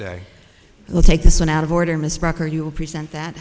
day we'll take this one out of order miss record you will present that